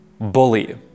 Bully